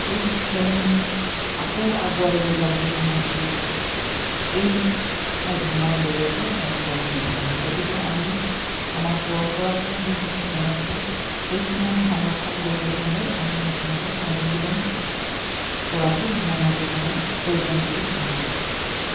সেই খেলসমূহ আকৌ আগুৱাই লৈ যাবলৈ সিহঁতি এই মাধ্যমৰ জৰিয়তে তেওঁলোকৰ সুবিধা হ'ব গতিকে আমি আমাৰ পৰম্পৰাগত যিসমূহ খেল আছে সেইখিনি আমি সংৰক্ষণ কৰিবলৈ হ'লে আমি প্ৰথমতে অনুশীলন কৰাটো মোৰ মতে মই প্ৰয়োজন বুলি ভাবোঁ